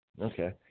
okay